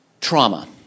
trauma